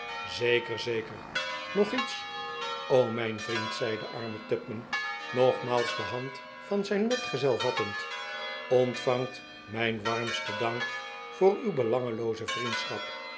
zeker zekerl nog iets r o mijn vriend zei de arme tupman nogmaals de hand van zijn metgezel vattend ontvang mijn warmsten dank voor uw belangelooze vriendschap